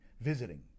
visiting